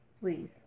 please